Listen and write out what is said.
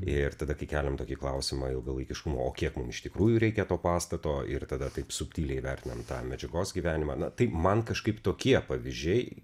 ir tada kai keliam tokį klausimą ilgalaikiškumo o kiek mum iš tikrųjų reikia to pastato ir tada taip subtiliai vertinam tą medžiagos gyvenimą na tai man kažkaip tokie pavyzdžiai